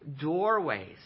doorways